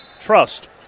Trust